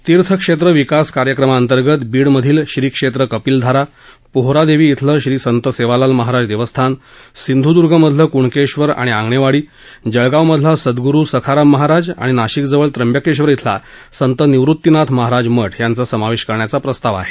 तीर्थक्षेत्र विकास कार्यक्रमांतर्गत बीडमधील श्री क्षेत्र कपिलधारा पोहरादेवी इथलं श्री संत सेवालाल महाराज देवस्थान सिंधुद्र्गमधलं कुणकेश्वर आणि आंगणेवाडी जळगावमधलं सदुरू सखाराम महाराज आणि नाशिकजवळ त्र्यंबकेश्वर इथला संत निवृत्तीनाथ महाराज मठ यांचा समावेश करण्याचा प्रस्ताव आहे